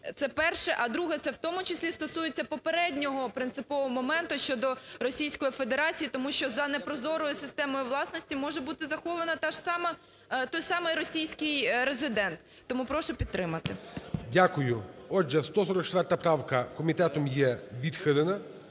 Це перше. А, друге, це в тому числі стосується попереднього принципового моменту щодо Російської Федерації. Тому що за непрозорою системою власності може бути захована та ж сама… той самий російський резидент. Тому прошу підтримати. ГОЛОВУЮЧИЙ. Дякую. Отже, 144 правка комітетом є відхилена,